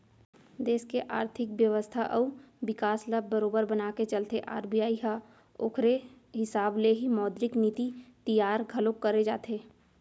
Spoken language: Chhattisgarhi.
देस के आरथिक बेवस्था अउ बिकास ल बरोबर बनाके चलथे आर.बी.आई ह ओखरे हिसाब ले ही मौद्रिक नीति तियार घलोक करे जाथे